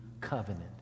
covenant